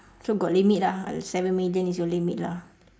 so got limit ah seven million is your limit lah